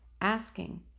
asking